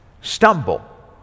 stumble